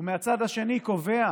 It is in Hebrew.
ומהצד השני קובע